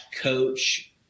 coach